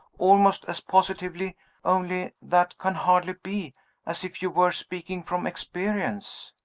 almost as positively only that can hardly be as if you were speaking from experience.